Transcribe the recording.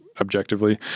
objectively